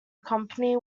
company